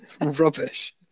rubbish